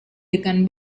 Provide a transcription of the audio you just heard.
dengan